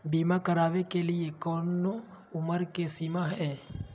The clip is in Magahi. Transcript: बीमा करावे के लिए कोनो उमर के सीमा है?